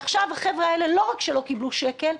עכשיו החבר'ה האלה לא רק שלא קיבלו שקל,